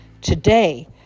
Today